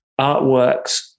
artworks